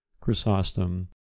Chrysostom